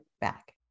back